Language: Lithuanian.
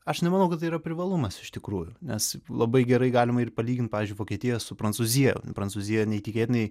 aš nemanau kad tai yra privalumas iš tikrųjų nes labai gerai galima ir palygint pavyzdžiui vokietiją su prancūzija prancūzija neįtikėtinai